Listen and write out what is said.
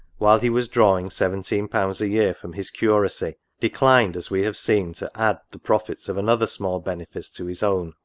while he was drawing seventeen pounds a-year from his curacy, declined, as we have seen, to add the profits of another small benefice to his own,